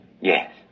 Yes